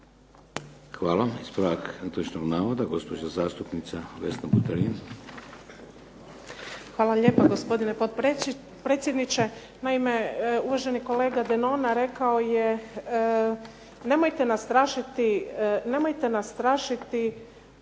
Hvala. Ispravak netočnog navoda, gospođa zastupnica Vesna Buterin. **Buterin, Vesna (HDZ)** Hvala lijepo gospodine potpredsjedniče. Naime, uvaženi kolega Denona rekao je nemojte nas strašiti